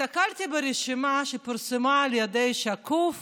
הסתכלתי ברשימה שפורסמה על ידי שקוף